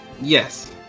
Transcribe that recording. yes